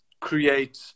create